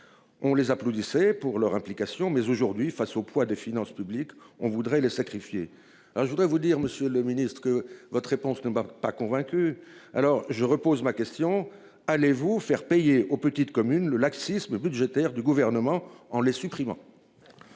On les applaudissait pour leur implication. Mais aujourd'hui, face au poids des finances publiques. On voudrait les sacrifier. Alors je voudrais vous dire Monsieur le Ministre, que votre réponse ne m'a pas convaincu. Alors je repose ma question, allez vous faire payer aux petites communes le laxisme budgétaire du gouvernement en les supprimant.